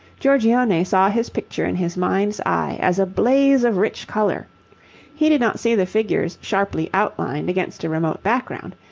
giorgione saw his picture in his mind's eye as a blaze of rich colour he did not see the figures sharply outlined against a remote background,